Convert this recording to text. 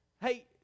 hey